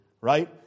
right